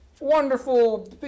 wonderful